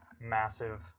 massive